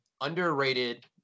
underrated